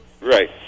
Right